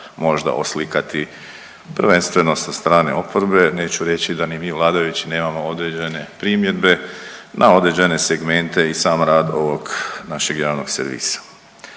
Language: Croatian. možda oslikati prvenstveno sa strane oporbe, neću reći da ni mi vladajući nemamo određene primjedbe na određene segmente i sam rad ovog našeg javnog servisa.